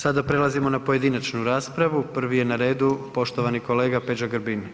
Sada prelazimo na pojedinačnu raspravu, prvi je na redu poštovani kolega Peđa Grbin.